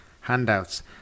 handouts